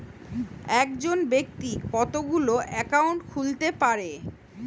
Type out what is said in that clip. একজন ব্যাক্তি কতগুলো অ্যাকাউন্ট খুলতে পারে?